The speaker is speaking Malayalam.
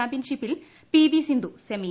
ചാമ്പ്യൻഷിപ്പിൽ പി വി സിന്ധു സെമിയിൽ